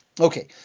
Okay